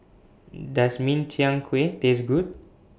Does Min Chiang Kueh Taste Good